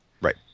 right